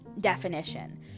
definition